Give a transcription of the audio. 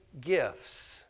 gifts